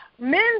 Men